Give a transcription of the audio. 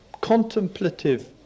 contemplative